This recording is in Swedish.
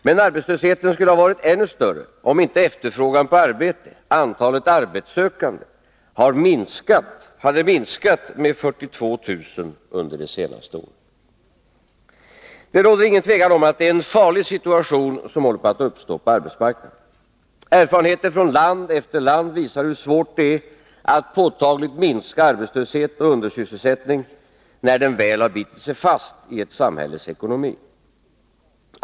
Men arbetslösheten skulle ha varit ännu större om inte efterfrågan på arbete, antalet arbetssökande, minskat med 42000 under det senaste året. Det råder inget tvivel om att det är en farlig situation som håller på att uppstå på arbetsmarknaden. Erfarenheter från land efter land visar hur svårt det är att påtagligt minska arbetslöshet och undersysselsättning när de väl bitit sig fast i ett samhälles ekonomi.